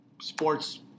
sports